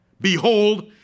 Behold